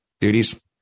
duties